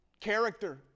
Character